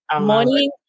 morning